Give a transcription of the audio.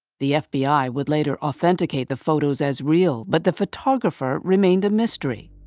the fbi would later authenticate the photos as real, but the photographer remained a mystery.